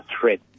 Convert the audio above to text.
threat